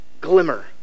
glimmer